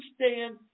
understand